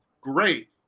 great